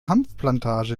hanfplantage